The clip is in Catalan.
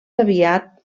aviat